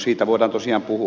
siitä voidaan tosiaan puhua